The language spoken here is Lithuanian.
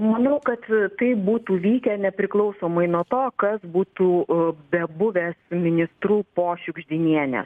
manau kad tai būtų vykę nepriklausomai nuo to kas būtų bebuvę ministru po šiugždinienė